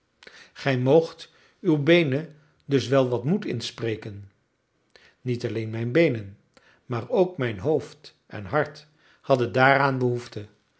gij moogt uw beenen dus wel wat moed inspreken niet alleen mijn beenen maar ook mijn hoofd en hart hadden daaraan behoefte